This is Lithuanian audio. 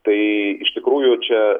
tai iš tikrųjų čia